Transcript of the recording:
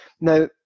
now